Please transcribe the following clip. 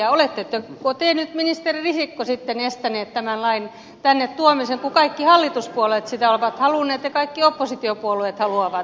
oletteko te nyt ministeri risikko sitten estänyt tämän lain tänne tuomisen kun kaikki hallituspuolueet sitä ovat halunneet ja kaikki oppositiopuolueet haluavat